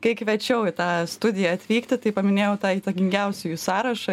kai kviečiau į tą studiją atvykti tai paminėjau tą įtakingiausiųjų sąrašą